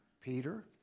Peter